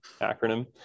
acronym